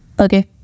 Okay